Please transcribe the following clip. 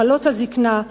מחלות הזיקנה,